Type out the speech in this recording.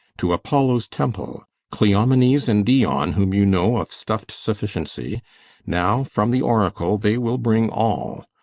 to apollo's temple, cleomenes and dion, whom you know of stuff'd sufficiency now, from the oracle they will bring all,